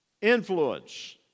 influence